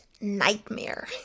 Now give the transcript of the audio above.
nightmare